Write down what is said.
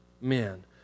men